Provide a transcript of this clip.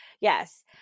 Yes